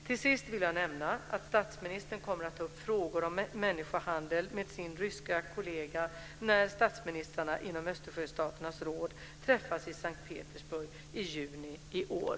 Till sist vill jag nämna att statsministern kommer att ta upp frågor om människohandel med sin ryske kollega när statsministrarna inom Östersjöstaternas råd träffas i Sankt Petersburg i juni i år.